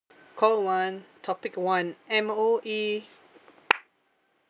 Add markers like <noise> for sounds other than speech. call one topic one M_O_E <noise>